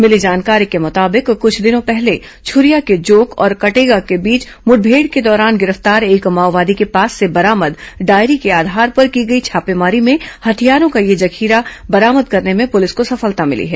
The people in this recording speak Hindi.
मिली जानकारी के मुताबिक कुछ दिनों पहले छुरिया के जोक और कटेगा के बीच मुठभेड़ के दौरान गिरफ्तार एक माओवादी के पास से बरामद डायरी के आधार पर की गई छापेमारी में हथियारों का यह जखीरा बरामद करने में पुलिस को सफलता मिली है